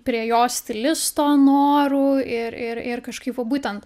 prie jo stilisto norų ir ir ir kažkaip va būtent